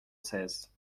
seize